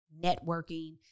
networking